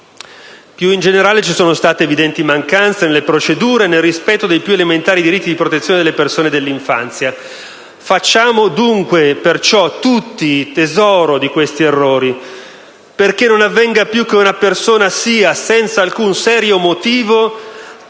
Più in generale, ci sono state evidenti mancanze nelle procedure e nel rispetto dei più elementari diritti di protezione delle persone e dell'infanzia. Facciamo perciò tutti tesoro di questi errori, perché non avvenga più che una persona sia, senza alcun serio motivo, trattata